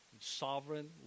sovereign